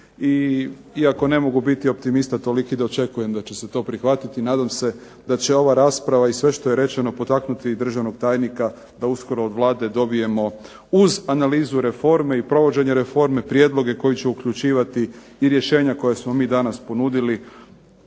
iako ne mogu biti optimista toliki da očekujem da će se to prihvatiti. Nadam se da će ova rasprava i sve što je rečeno potaknuti i državnog tajnika da uskoro od Vlade dobijemo uz analizu reforme i provođenje reforme prijedloge koji će uključivati i rješenja koja smo mi danas ponudili,